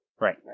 Right